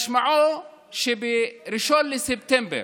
משמע שב-1 בספטמבר,